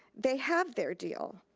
they have their deal.